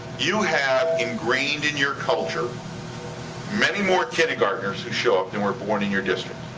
you have ingrained in your culture many more kindergarteners who show up than were born in your district.